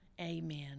Amen